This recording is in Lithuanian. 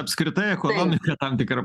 apskritai ekonomika tam tikra